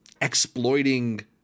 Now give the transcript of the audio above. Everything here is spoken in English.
exploiting